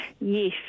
yes